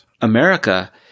America